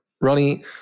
Ronnie